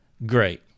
great